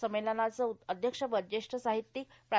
संमेलनाचे अध्यक्षपद ज्येष्ठ साहित्यिक प्रा